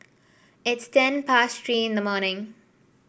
it's ten past Three in the morning